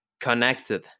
connected